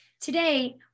Today